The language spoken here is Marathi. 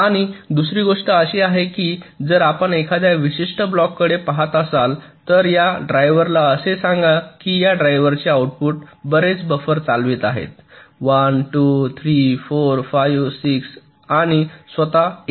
आणि दुसरी गोष्ट अशी आहे की जर आपण एखाद्या विशिष्ट ब्लॉककडे पहात असाल तर या ड्रायव्हरला असे सांगा की या ड्रायव्हरचे आऊटपुट बरेच बफर चालवित आहे 1 2 3 4 5 6 7 आणि स्वतः 8